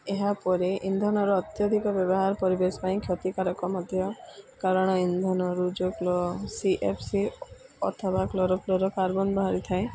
ଏହାପରେ ଇନ୍ଧନର ଅତ୍ୟଧିକ ବ୍ୟବହାର ପରିବେଶ ପାଇଁ କ୍ଷତିକାରକ ମଧ୍ୟ କାରଣ ଇନ୍ଧନ ରୁ ଜୁ କ୍ଲୋ ସି ଏଫ୍ ସି ଅଥବା କ୍ଲୋରୋଫ୍ଲୋରୋ କାର୍ବନ ବାହାରି ଥାଏ